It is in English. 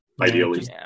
Ideally